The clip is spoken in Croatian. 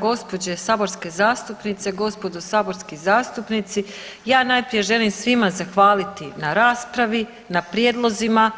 Gospođe saborske zastupnice, gospodo saborski zastupnici ja najprije želim svima zahvaliti na raspravi, na prijedlozima